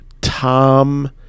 Tom